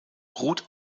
ruht